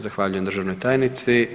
Zahvaljujem državnoj tajnici.